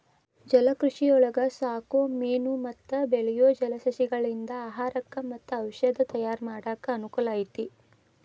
ಜಲಕೃಷಿಯೊಳಗ ಸಾಕೋ ಮೇನು ಮತ್ತ ಬೆಳಿಯೋ ಜಲಸಸಿಗಳಿಂದ ಆಹಾರಕ್ಕ್ ಮತ್ತ ಔಷದ ತಯಾರ್ ಮಾಡಾಕ ಅನಕೂಲ ಐತಿ